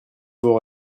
vaut